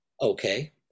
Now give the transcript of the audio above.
Okay